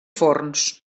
forns